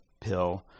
pill